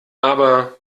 aber